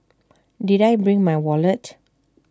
did I bring my wallet